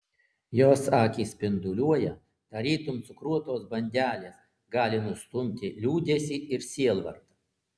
jos akys spinduliuoja tarytum cukruotos bandelės gali nustumti liūdesį ir sielvartą